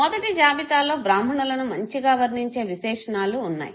మొదటి జాబితాలో బ్రాహ్మణులను మంచిగా వర్ణించే విశేషణాలు వున్నాయి